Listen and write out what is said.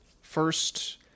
First